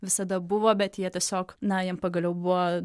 visada buvo bet jie tiesiog na jiem pagaliau buvo